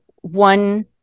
one